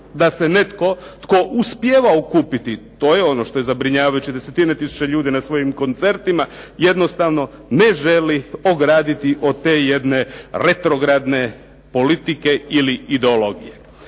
da se netko tko uspijeva okupiti, to je ono što je zabrinjavajuće, desetine tisuća ljudi na svojim koncertima jednostavno ne želi ograditi od te jedne retrogradne politike ili ideologije.